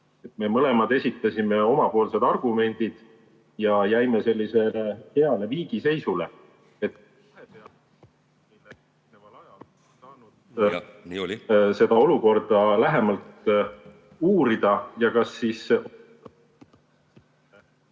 Me mõlemad esitasime oma argumendid ja jäime sellisesse heasse viigiseisu. ... seda olukorda lähemalt uurida ja kas ...